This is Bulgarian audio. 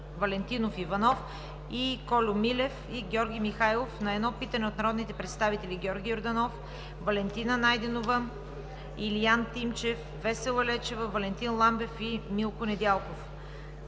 Валентинов Иванов; и Кольо Милев и Георги Михайлов, и на едно питане от народните представители Георги Йорданов, Валентина Найденова, Илиян Тимчев, Весела Лечева, Валентин Ламбев и Милко Недялков;